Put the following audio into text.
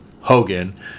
Hogan